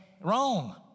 Wrong